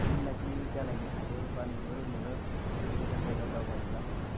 सिनाकि जालायनो हायो एबा नुनो मोनो बेफोरबायदि गोजान जायगायाव दावबायहैबा